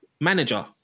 manager